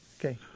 Okay